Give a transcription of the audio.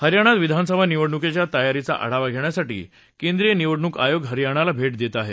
हरियाणात विधानसभा निवडणुकीच्या तयारीचा आढावा घेण्यासाठी केंद्रीय निवडणूक आयोग हरियाणाला भेट देत आहे